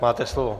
Máte slovo.